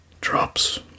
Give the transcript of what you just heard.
drops